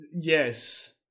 yes